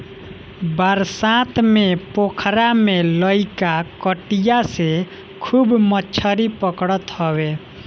बरसात में पोखरा में लईका कटिया से खूब मछरी पकड़त हवे